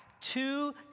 two